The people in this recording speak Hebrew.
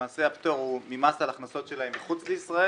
למעשה הפטור הוא ממס על הכנסות שלהם מחוץ לישראל